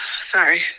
sorry